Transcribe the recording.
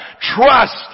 Trust